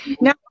Now